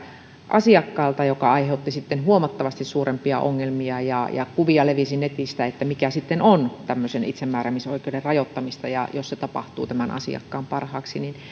asiakkaalta mikä sitten aiheutti huomattavasti suurempia ongelmia ja ja kuvia levisi netissä mikä sitten on itsemääräämisoikeuden rajoittamista jos se tapahtuu tämän asiakkaan parhaaksi